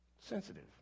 Sensitive